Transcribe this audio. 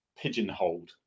pigeonholed